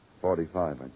Forty-five